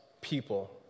people